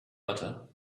butter